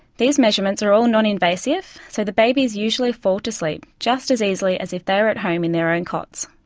these measurements are all non-invasive, so the babies usually fall to sleep just as easily as if they are at home in their own cots.